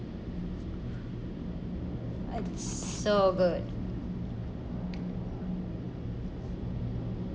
so good